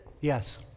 Yes